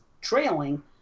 trailing